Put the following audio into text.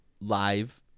live